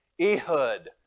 Ehud